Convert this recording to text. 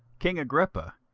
king agrippa,